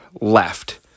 left